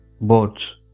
boats